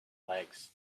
legs